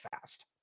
fast